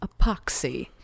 epoxy